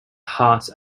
heart